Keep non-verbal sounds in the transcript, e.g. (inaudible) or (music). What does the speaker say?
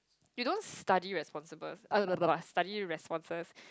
you don't study respons~ (noise) study responses